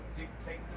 Dictate